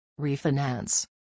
Refinance